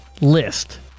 List